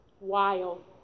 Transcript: Wild